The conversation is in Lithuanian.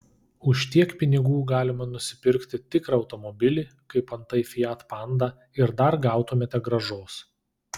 už tiek pinigų galima nusipirkti tikrą automobilį kaip antai fiat panda ir dar gautumėte grąžos